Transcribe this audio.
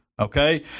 Okay